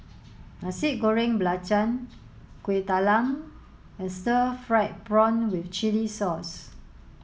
Nasi Goreng Belacan Kueh Talam and stir fried prawn with chili sauce